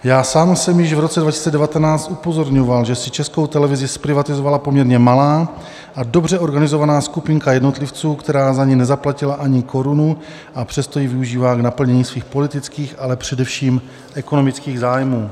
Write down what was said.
Já sám jsem již v roce 2019 upozorňoval, že si Českou televizi zprivatizovala poměrně malá a dobře organizovaná skupinka jednotlivců, která za ni nezaplatila ani korunu, a přesto ji využívá k naplnění svých politických, ale především ekonomických zájmů.